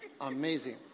Amazing